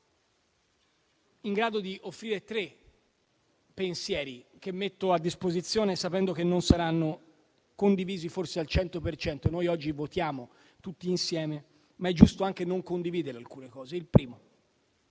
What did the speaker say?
allora a offrire tre pensieri che metto a disposizione, sapendo che non saranno condivisi forse al 100 per cento. Noi oggi votiamo tutti insieme, ma è giusto anche non condividere alcune cose. Il primo: